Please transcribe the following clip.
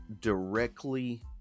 directly